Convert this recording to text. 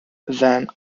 then